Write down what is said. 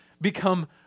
become